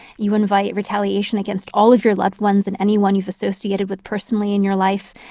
you invite retaliation against all of your loved ones and anyone you've associated with personally in your life.